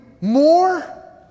more